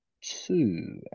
two